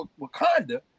Wakanda